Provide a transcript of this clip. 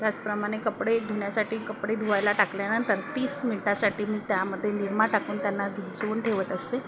त्याचप्रमाणे कपडे धुण्यासाठी कपडे धुवायला टाकल्यानंतर तीस मिनटासाठी मी त्यामध्ये निरमा टाकून त्यांना भिजवून ठेवत असते